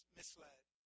misled